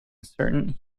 certain